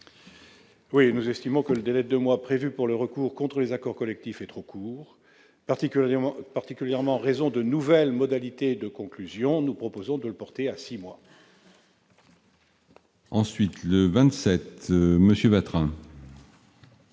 Nous estimons que le délai de deux mois prévu pour le recours contre les accords collectifs est trop court, particulièrement en raison des nouvelles modalités de conclusion. Nous proposons donc de le porter à six mois. L'amendement n°